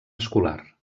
escolar